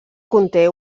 conté